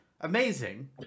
Amazing